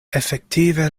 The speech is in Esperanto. efektive